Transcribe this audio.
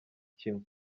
kimwe